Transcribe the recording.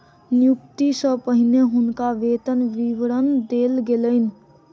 नियुक्ति सॅ पहिने हुनका वेतन विवरण देल गेलैन